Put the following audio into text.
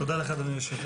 תודה לך, אדוני היושב-ראש.